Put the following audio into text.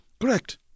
Correct